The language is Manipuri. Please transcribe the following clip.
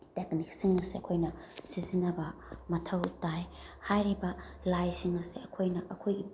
ꯇꯦꯛꯅꯤꯛꯁꯤꯡ ꯑꯁꯦ ꯑꯩꯈꯣꯏꯅ ꯁꯤꯖꯤꯟꯅꯕ ꯃꯊꯧ ꯇꯥꯏ ꯍꯥꯏꯔꯤꯕ ꯂꯥꯏꯁꯤꯡ ꯑꯁꯦ ꯑꯩꯈꯣꯏꯅ ꯑꯩꯈꯣꯏꯒꯤ